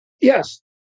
Yes